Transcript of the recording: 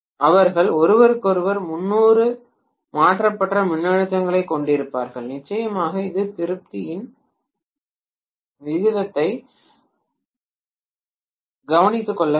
அவர்கள் ஒருவருக்கொருவர் 300 மாற்றப்பட்ட மின்னழுத்தங்களைக் கொண்டிருப்பார்கள் நிச்சயமாக நான் திருப்பத்தின் விகிதத்தை கவனித்துக் கொள்ள வேண்டும்